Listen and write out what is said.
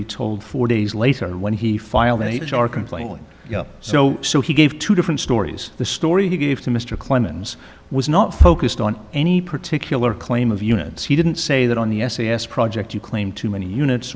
he told four days later when he filed any which are complaining so so he gave two different stories the story he gave to mr clemens was not focused on any particular claim of units he didn't say that on the s a s project you claim too many units